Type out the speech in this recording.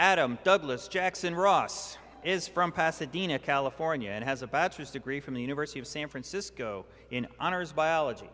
how douglas jackson ross is from pasadena california and has a bachelor's degree from the university of san francisco in honors biology